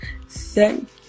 Thank